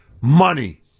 Money